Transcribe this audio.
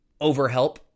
overhelp